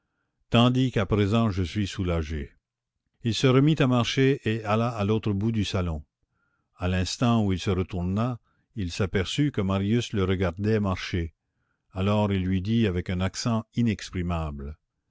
tandis qu'à présent je suis soulagé il se remit à marcher et alla à l'autre bout du salon à l'instant où il se retourna il s'aperçut que marius le regardait marcher alors il lui dit avec un accent